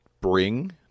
bring